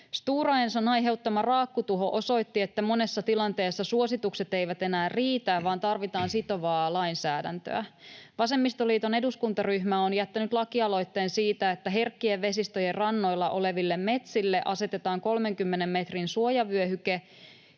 Stora Enson aiheuttama raakkutuho osoitti, että monessa tilanteessa suositukset eivät enää riitä, vaan tarvitaan sitovaa lainsäädäntöä. Vasemmistoliiton eduskuntaryhmä on jättänyt lakialoitteen siitä, että herkkien vesistöjen rannoilla oleville metsille asetetaan 30 metrin suojavyöhyke,